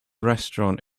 restaurant